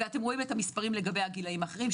ואתם רואים את המספרים לגבי הגילאים האחרים,